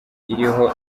iriho